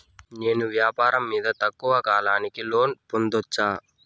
నేను వ్యాపారం మీద తక్కువ కాలానికి లోను పొందొచ్చా?